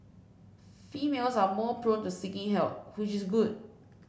females are more prone to seeking help which is good